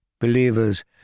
Believers